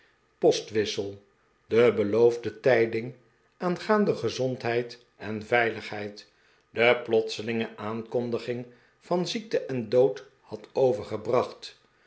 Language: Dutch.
postwissel de beloofde tijding aangaande gezondheid en veiligheid de plotselinge aankondi ging van ziekte en dood had overgebracht